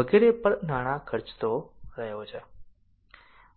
વગેરે પર નાણાં ખર્ચતો રહ્યો છે